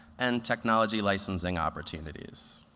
and technology licensing opportunities.